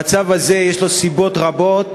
המצב הזה, יש לו סיבות רבות